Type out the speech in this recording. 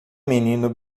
menino